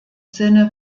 sinne